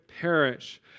perish